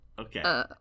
Okay